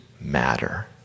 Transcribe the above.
matter